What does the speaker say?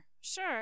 Sure